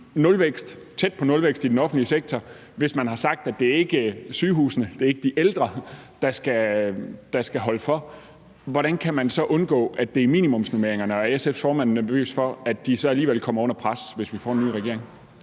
tæt på nulvækst i den offentlige sektor, og hvis man har sagt, at det ikke er sygehusene og det ikke er de ældre, der skal holde for, hvordan kan man så undgå, at det er minimumsnormeringerne, og er SF's formand nervøs for, at de så alligevel kommer under pres, hvis vi får en ny regering?